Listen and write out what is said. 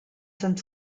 some